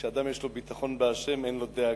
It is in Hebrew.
כשאדם יש לו ביטחון בה', אין לו דאגה.